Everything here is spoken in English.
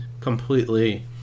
completely